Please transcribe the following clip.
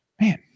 man